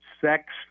Sex